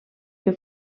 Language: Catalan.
que